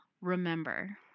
remember